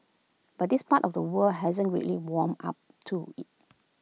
but this part of the world hasn't greatly warmed up to IT